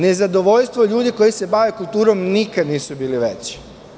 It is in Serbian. Nezadovoljstvo ljudi koji se bave kulturom nikada nisu bili veći.